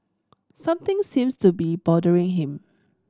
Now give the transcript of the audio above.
something seems to be bothering him